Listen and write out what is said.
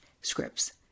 scripts